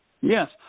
Yes